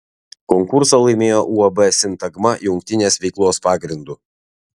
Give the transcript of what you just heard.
konkursą laimėjo uab sintagma jungtinės veiklos pagrindu